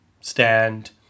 stand